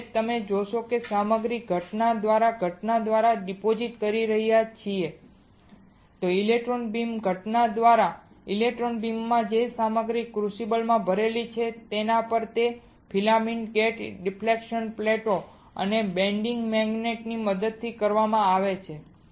તો હવે તમે આ સામગ્રીને ઘટના દ્વારા ઘટના દ્વારા ડિપોઝીટ કરી રહ્યા છો ઇલેક્ટ્રોન બીમ ઘટના દ્વારા ઇલેક્ટ્રોન બીમમાં જે સામગ્રી ક્રુસિબલમાં ભરેલી છે તેના પર અને તે ફિલામેન્ટ ગેટ ડિફ્લેક્શન પ્લેટો અને બેન્ડિંગ મેગ્નેટ ની મદદથી કરવામાં આવે છે